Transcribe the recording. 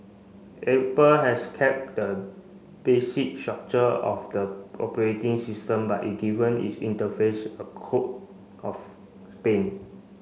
Apple has kept the basic structure of the operating system but it given its interface a coat of paint